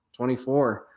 24